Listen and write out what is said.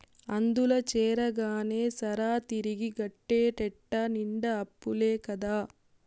అందుల చేరగానే సరా, తిరిగి గట్టేటెట్ట నిండా అప్పులే కదా